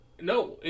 No